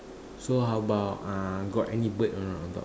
so how about got any bird on top or not